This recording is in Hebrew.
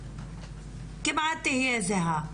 כמעט תהיה זהה,